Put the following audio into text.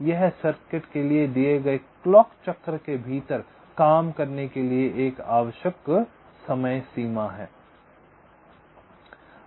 यह सर्किट के लिए दिए गए क्लॉक चक्र के भीतर काम करने के लिए एक आवश्यक समयसीमा है